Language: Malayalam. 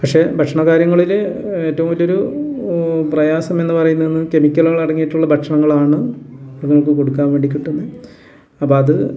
പക്ഷെ ഭക്ഷണ കാര്യങ്ങളിൽ ഏറ്റവും വലിയൊരു പ്രയാസം എന്നു പറയുന്നതെന്ന് കെമിക്കലുകൾ അടങ്ങിയിട്ടുള്ള ഭക്ഷണങ്ങളാണ് അതുങ്ങൾക്ക് കൊടുക്കാൻ വേണ്ടി കിട്ടുന്നത് അപ്പം അത്